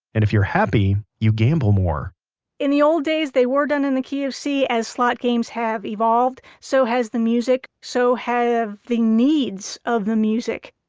and if you're happy, you gamble more in the old days they were done in the key of c, as slot games have evolved, so has the music, so have the needs of the music